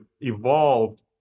evolved